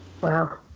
Wow